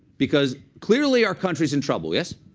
because clearly, our country's in trouble. yes?